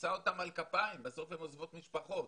נישא אותן על כפיים, בסוף הן עוזבות משפחות,